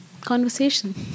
Conversation